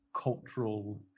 cultural